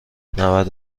نود